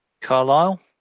Carlisle